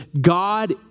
God